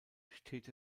steht